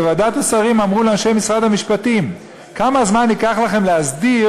בוועדת השרים אמרו לאנשי משרד המשפטים: כמה זמן ייקח לכם להסדיר